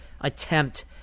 attempt